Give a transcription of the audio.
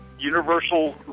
Universal